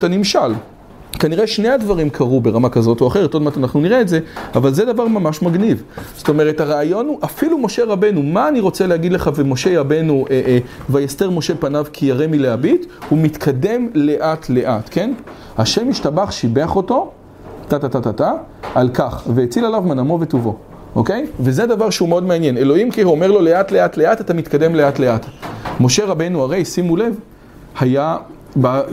כנראה שני הדברים קרו ברמה כזאת או אחרת, עוד מעט אנחנו נראה את זה, אבל זה דבר ממש מגניב. זאת אומרת הרעיון הוא, אפילו משה רבנו, מה אני רוצה להגיד לך ומשה רבנו ויסתר משה פניו כי ירא מלהביט? הוא מתקדם לאט לאט, כן? השם ישתבח שיבח אותו, תה תה תה תה תה, על כך, ויאציל עליו מנעמו וטובו, אוקיי? וזה דבר שהוא מאוד מעניין. אלוהים כאילו אומר לו לאט לאט לאט, אתה מתקדם לאט לאט. משה רבנו הרי, שימו לב, היה